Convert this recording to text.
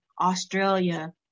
Australia